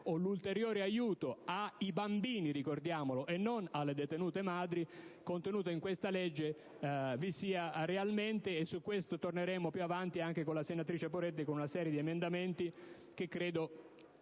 o l'ulteriore aiuto ai bambini (e non - ricordiamolo - alle detenute madri) contenuto in questo provvedimento, vi sia realmente. Su questo torneremo più avanti, anche con la senatrice Poretti, con una serie di emendamenti, che credo